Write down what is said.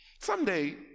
Someday